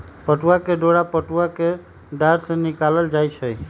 पटूआ के डोरा पटूआ कें डार से निकालल जाइ छइ